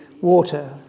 water